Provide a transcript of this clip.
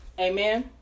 Amen